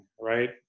right